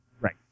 Right